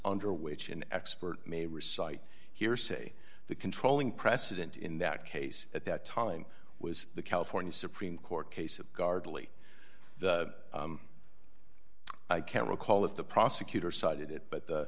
under which an expert may recite hearsay the controlling precedent in that case at that time was the california supreme court case of gardley i can't recall if the prosecutor cited it but the